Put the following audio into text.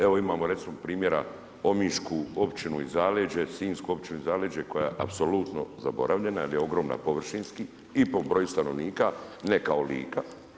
Evo imamo recimo primjera omišku općinu i zaleđe, sinjsku općinu i zaleđe koja je apsolutno zaboravljena jer je ogromna površinski i po broju stanovnika, ne kao Lika.